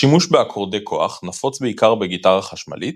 השימוש באקורדי כוח נפוץ בעיקר בגיטרה חשמלית,